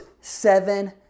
seven